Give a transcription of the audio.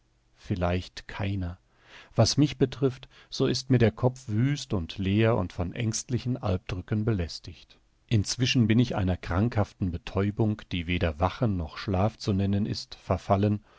vielleicht keiner was mich betrifft so ist mir der kopf wüst und leer und von ängstlichem alpdrücken belästigt inzwischen bin ich einer krankhaften betäubung die weder wachen noch schlaf zu nennen ist verfallen